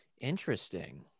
Interesting